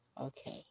Okay